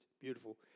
beautiful